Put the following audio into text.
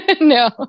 No